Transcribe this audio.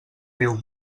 riu